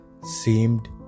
seemed